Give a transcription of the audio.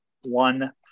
one